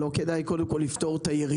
לא כדאי לפתור קודם כל את הירידות?